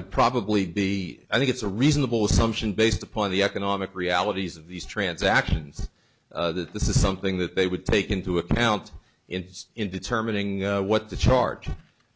would probably be i think it's a reasonable assumption based upon the economic realities of these transactions that this is something that they would take into account in in determining what the chart